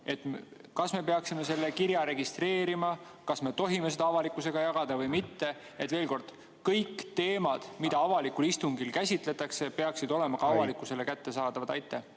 Kas me peaksime selle kirja registreerima? Kas me tohime seda avalikkusega jagada või mitte? Veel kord: kõik teemad, mida avalikul istungil käsitletakse, peaksid olema ka avalikkusele kättesaadavad.